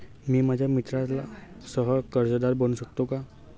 मी माझ्या मित्राला सह कर्जदार बनवू शकतो का?